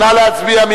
נא להצביע.